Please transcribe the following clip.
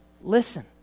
Listen